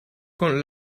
con